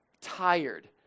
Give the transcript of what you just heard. tired